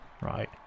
Right